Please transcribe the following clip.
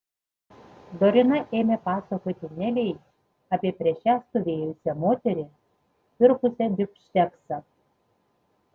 dorina ėmė pasakoti nelei apie prieš ją stovėjusią moterį pirkusią bifšteksą